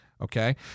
okay